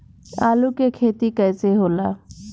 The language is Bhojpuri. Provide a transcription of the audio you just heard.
आलू के खेती कैसे होला?